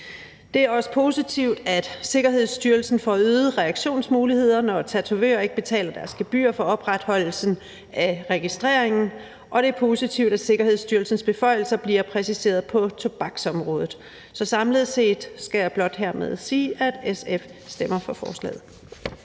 Det er også positivt, at Sikkerhedsstyrelsen får øgede reaktionsmuligheder, når tatovører ikke betaler deres gebyr for opretholdelsen af registreringen, og det er positivt, at Sikkerhedsstyrelsens beføjelser bliver præciseret på tobaksområdet. Så samlet set skal jeg blot hermed at sige, at SF stemmer for forslaget.